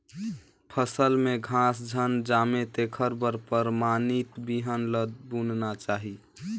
फसल में घास झन जामे तेखर बर परमानित बिहन ल बुनना चाही